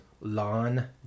Lawn